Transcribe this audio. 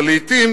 אבל לעתים